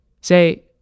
say